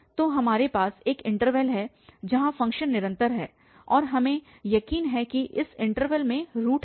तो हमारे पास एक इन्टरवल है जहाँ फ़ंक्शन निरंतर है और हमें यकीन है कि इस इन्टरवल में रूट है